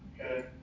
Okay